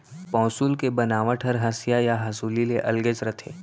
पौंसुल के बनावट हर हँसिया या हँसूली ले अलगेच रथे